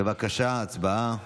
בבקשה, הצבעה.